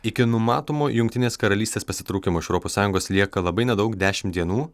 iki numatomo jungtinės karalystės pasitraukimo iš europos sąjungos lieka labai nedaug dešim dienų